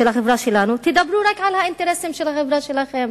החברה שלנו: תדברו רק על האינטרסים של החברה שלכם,